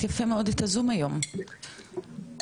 לצערנו נבצר מאפרת להגיע.